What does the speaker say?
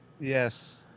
Yes